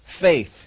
faith